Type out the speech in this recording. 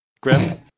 Grim